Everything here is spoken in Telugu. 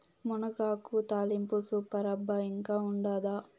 మునగాకు తాలింపు సూపర్ అబ్బా ఇంకా ఉండాదా